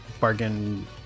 bargain